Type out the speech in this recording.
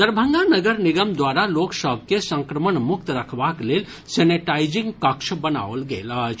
दरभंगा नगर निगम द्वारा लोक सभ के संक्रमण मुक्त रखबाक लेल सेनेटाईजिंग कक्ष बनाओल गेल अछि